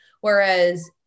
Whereas